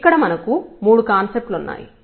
ఇక్కడ మనకు మూడు కాన్సెప్ట్ లు ఉన్నాయి